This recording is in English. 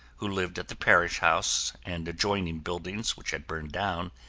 who lived at the parish house and adjoining buildings which had burned down,